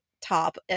top